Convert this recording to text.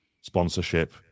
sponsorship